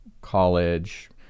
college